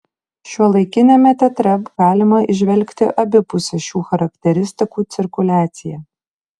šiuolaikiniame teatre galima įžvelgti abipusę šių charakteristikų cirkuliaciją